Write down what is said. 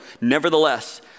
Nevertheless